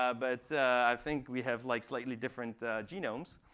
ah but i think we have like slightly different genomes.